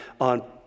on